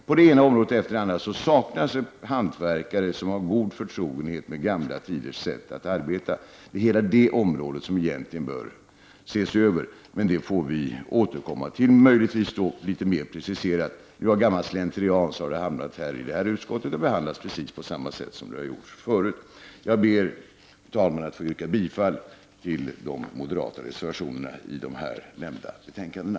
På det ena området efter det andra saknas hantverkare som har god förtrogenhet med gamla tiders sätt att arbeta. Hela detta område bör egentligen ses över. Vi får återkomma till detta, och kanske då vara litet mer preciserade. Av gammal slentrian har ärendet hamnat i utbildningsutskottet och behandlas precis på samma sätt som tidigare. Jag ber, fru talman, att få yrka bifall till de moderata reservationerna till de nämnda betänkandena.